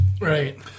Right